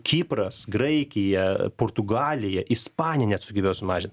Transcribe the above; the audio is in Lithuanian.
kipras graikija portugalija ispanija net sugebėjo sumažinti